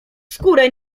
skórę